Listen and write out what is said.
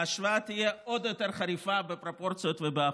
ההשוואה תהיה עוד יותר חריפה בפרופורציות ובאחוזים.